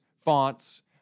fonts